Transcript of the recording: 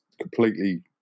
completely